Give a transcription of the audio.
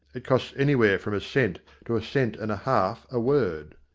it costs anywhere from a cent to a cent and a half a word.